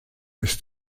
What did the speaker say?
ist